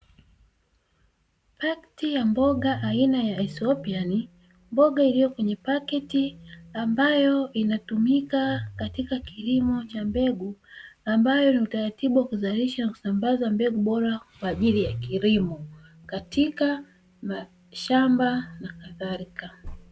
Pakiti ya mboga aina ya "Ethiopian", mboga iliyo kwenye pakiti ambayo inatumika katika kilimo cha mbegu, ambayo ni utaratibu wa kuzalisha na kusambaza mbegu bora kwa ajili ya kilimo katika shamba na kadhalika.